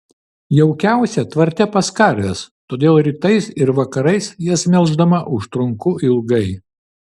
jaukiausia tvarte pas karves todėl rytais ir vakarais jas melždama užtrunku ilgai